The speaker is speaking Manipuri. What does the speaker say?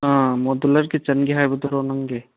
ꯑꯥ ꯃꯣꯗꯨꯂꯔ ꯀꯤꯆꯟꯒꯤ ꯍꯥꯏꯕꯗꯨꯔꯣ ꯅꯪꯒꯤ